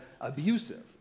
abusive